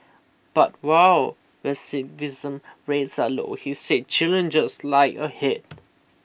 but while recidivism rates are low he said challenges lie ahead